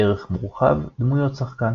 ערך מורחב – דמויות שחקן